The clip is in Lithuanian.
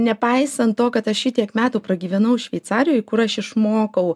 nepaisant to kad aš šitiek metų pragyvenau šveicarijoj kur aš išmokau